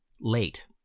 late